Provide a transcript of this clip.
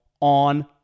on